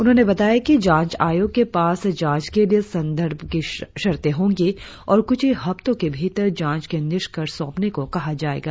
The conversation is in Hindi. उन्होंने बताया कि जांच आयोग के पास जांच के लिए संदर्भ की शर्ते होंगी और कुछ ही हफ्तों के भीतर जांच की रिपोर्ट सौंपने को कहा जाएगा